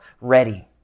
ready